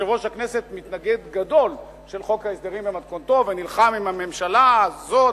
יושב-ראש הכנסת מתנגד גדול של חוק ההסדרים במתכונתו ונלחם בממשלה הזאת